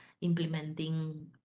implementing